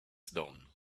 stone